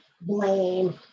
blame